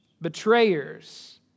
betrayers